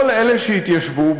כל אלה שהתיישבו,